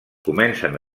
comencen